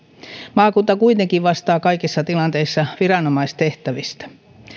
maakunta kuitenkin vastaa kaikissa tilanteissa viranomaistehtävistä